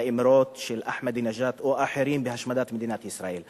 באמרות של אחמדינג'אד או אחרים על השמדת מדינת ישראל.